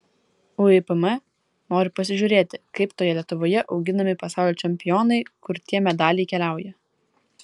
uipm nori pasižiūrėti kaip toje lietuvoje auginami pasaulio čempionai kur tie medaliai keliauja